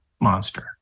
monster